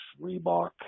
Reebok